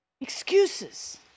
Excuses